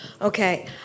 Okay